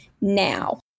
now